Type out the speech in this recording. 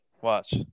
Watch